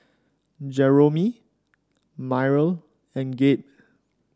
Jeromy Myrle and Gabe